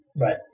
Right